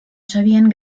sabien